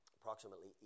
approximately